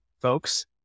folks